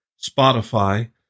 Spotify